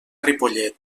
ripollet